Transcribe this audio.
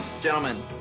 Gentlemen